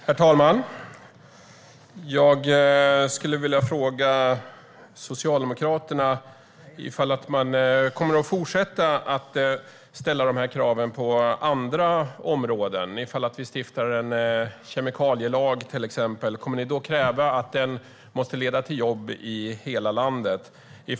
Herr talman! Jag vill fråga Socialdemokraterna om de kommer att fortsätta att ställa dessa krav på andra områden. Om vi stiftar en kemikalielag, kommer ni då att kräva att den måste leda till jobb i hela landet?